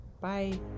bye